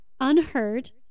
unheard